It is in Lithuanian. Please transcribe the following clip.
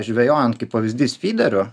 žvejojant kaip pavyzdys fyderiu